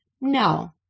No